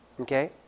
Okay